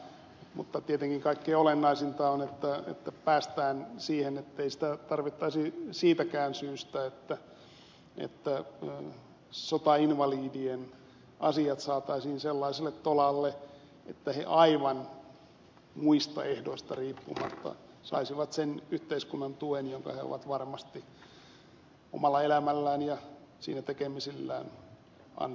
mutta tietenkin kaikkein olennaisinta on että päästään siihen ettei sitä tarvittaisi siitäkään syystä että sotainvalidien asiat saataisiin sellaiselle tolalle että he aivan muista ehdoista riippumatta saisivat sen yhteiskunnan tuen jonka he ovat varmasti omalla elämällään ja siinä tekemisillään ansainneet